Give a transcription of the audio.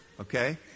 Okay